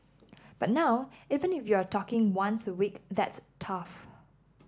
but now even if you're talking once a week that's tough